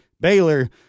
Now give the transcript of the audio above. Baylor